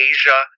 Asia